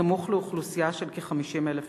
בסמוך לאוכלוסייה של כ-50,000 נפש.